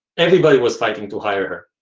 everybody was fighting to hire her.